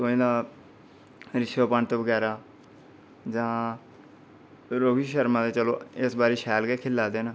तुआहीं दा रिषभ पंत बगैरा जां रोहित शर्मा चलो इस बारी शैल गै खेढा दे न